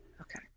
okay